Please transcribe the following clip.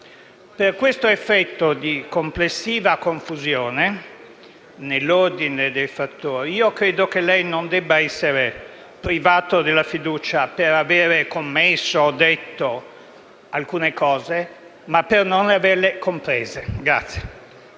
Per questo effetto di complessiva confusione nell'ordine dei fattori io credo che lei non debba essere privato della fiducia per aver commesso o detto alcune cose, ma per non averle comprese.